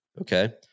okay